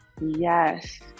Yes